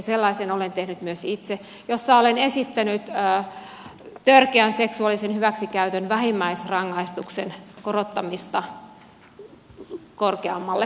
sellaisen olen tehnyt myös itse ja siinä olen esittänyt törkeän seksuaalisen hyväksikäytön vähimmäisrangaistuksen korottamista korkeammalle